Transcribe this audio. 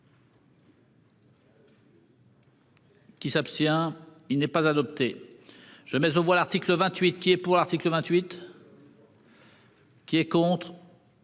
Qui s'abstient. Il n'est pas adopté, je mais aux voix l'article 28 qui est pour l'article 28.-- Qui est contre.--